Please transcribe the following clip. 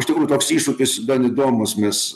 iš tikrųjų toks iššūkis gan įdomūs mes